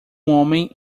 homem